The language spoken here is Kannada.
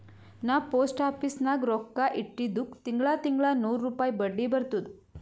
ನಾ ಪೋಸ್ಟ್ ಆಫೀಸ್ ನಾಗ್ ರೊಕ್ಕಾ ಇಟ್ಟಿದುಕ್ ತಿಂಗಳಾ ತಿಂಗಳಾ ನೂರ್ ರುಪಾಯಿ ಬಡ್ಡಿ ಬರ್ತುದ್